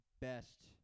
best